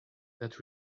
that